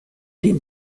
dem